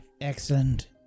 excellent